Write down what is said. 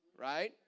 right